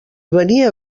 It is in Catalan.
venia